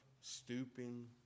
stooping